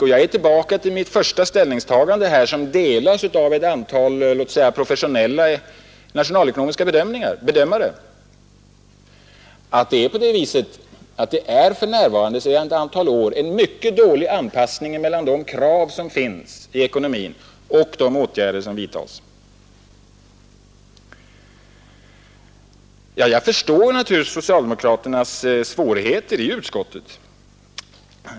Och jag är tillbaka vid mitt första ställningstagande, som delas av ett antal låt oss kalla dem professionella nationalekonomiska bedömare, att det för närvarande och sedan ett antal år är en mycket dålig anpassning mellan de krav som finns i ekonomin och de åtgärder som vidtas. Jag förstår naturligtvis socialdemokraternas svårigheter i utskottet.